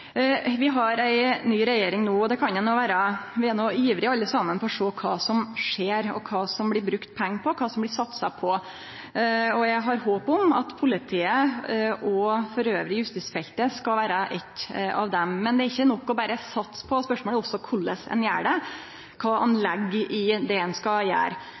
Vi har ei ny regjering no, og vi er alle saman ivrige etter å sjå kva som skjer, kva for område det blir brukt pengar på, kva det blir satsa på, og eg har håp om at politiet og justisfeltet elles skal vere eitt av dei. Men det er ikkje nok berre «å satse på» – spørsmålet er òg korleis ein gjer det, kva ein legg i det ein skal gjere.